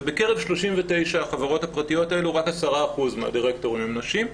ובקרב 39 החברות הפרטיות האלו רק 10% מהדירקטורים הם נשים.